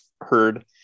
heard